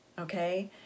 okay